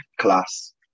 class